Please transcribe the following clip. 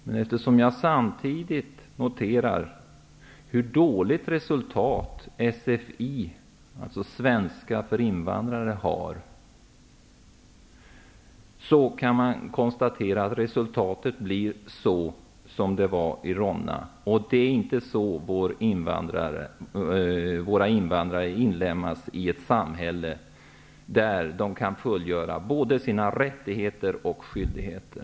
Men eftersom jag samtidigt noterar hur dåligt resultat sfi -- svenska för invandrare -- har, kan man konstatera att resultatet blir som i Ronna. Det är inte så våra invandrare inlemmas i ett samhälle där de kan fullgöra både sina rättigheter och sina skyldigheter.